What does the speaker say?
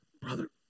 Brother